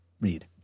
read